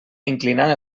inclinant